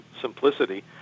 simplicity